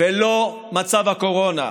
לא מצב הקורונה.